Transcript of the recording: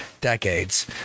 decades